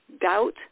doubt